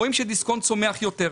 רואים שדיסקונט צומח יותר.